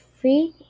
free